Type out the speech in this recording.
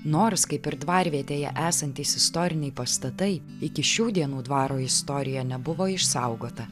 nors kaip ir dvarvietėje esantys istoriniai pastatai iki šių dienų dvaro istorija nebuvo išsaugota